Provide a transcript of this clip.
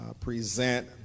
present